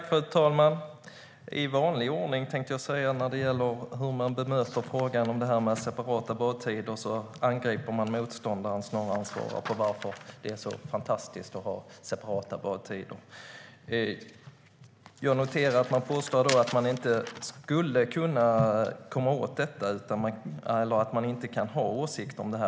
Fru talman! I vanlig ordning, tänkte jag säga, angriper man motståndaren snarare än att svara på frågan varför det är så fantastiskt att ha separata badtider. Jag noterar att man påstår att man inte skulle kunna komma åt detta eller ha åsikter om det.